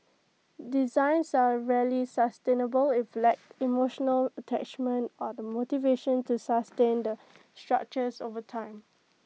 designs are rarely sustainable if lack emotional attachment or the motivation to sustain the structures over time